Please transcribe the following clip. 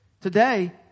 Today